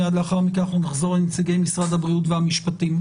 מיד לאחר מכן אנחנו נחזור לנציגי משרד הבריאות והמשפטים.